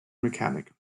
mechanic